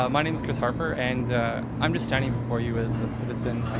um my name is chris harper and i'm just standing before you as a citizen,